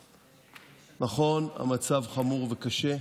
נכון, המצב חמור וקשה,